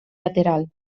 lateral